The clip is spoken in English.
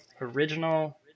original